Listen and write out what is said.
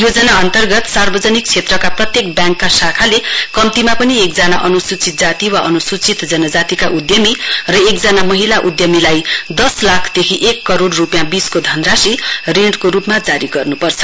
योजना अन्तर्गत सार्वजनिक क्षेत्रका प्रत्येक ब्याङ्कका शाखालाई कम्तीमा पनि एकजना अन्सूचित जाति वा अनुसूचित जनजातिका उद्यमी र एकजना महिला उद्यमीलाई दश लाख देखि एक करोड रूपियाँ बीचको धनराशी ऋणको रूपमा जारी गर्नुपर्छ